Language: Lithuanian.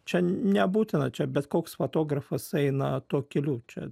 čia nebūtina čia bet koks fotografas eina tuo keliu čia